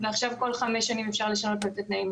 ועכשיו כל חמש שנים אפשר לשנות לו את התנאים.